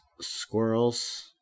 Squirrels